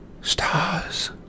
Stars